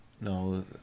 No